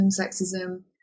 sexism